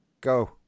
Go